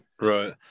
right